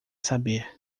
saber